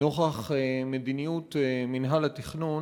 נוכח מדיניות מינהל התכנון